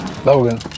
Logan